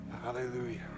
Hallelujah